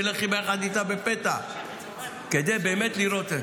נלך יחד איתה בפתע כדי באמת לראות.